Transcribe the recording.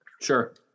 sure